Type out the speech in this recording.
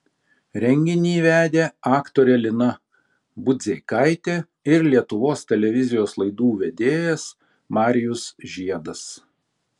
renginį vedė aktorė lina budzeikaitė ir lietuvos televizijos laidų vedėjas marijus žiedas